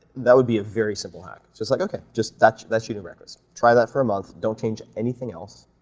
that would be a very simple habit, just like okay, just that's that's eating breakfast. try that for a month, don't change anything else,